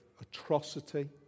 atrocity